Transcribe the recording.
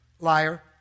liar